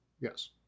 yes